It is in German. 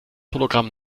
hologramm